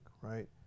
right